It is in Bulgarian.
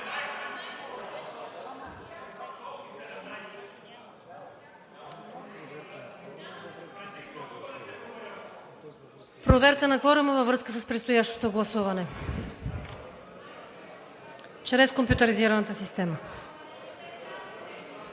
Проверка на кворума във връзка с предстоящото гласуване чрез компютризираната система.